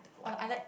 !walao! I like